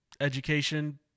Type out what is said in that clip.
education